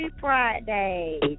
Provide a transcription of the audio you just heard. Friday